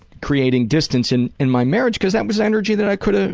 creating distance in in my marriage, because that was energy that i could ah